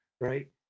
right